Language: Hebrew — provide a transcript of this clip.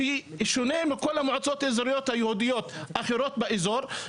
בשונה מכל המועצות האזוריות היהודיות האחרות באזור,